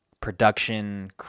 production